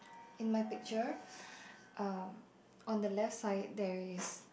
in my picture um on the left side there is